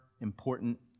important